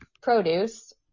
produce